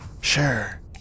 sure